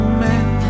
man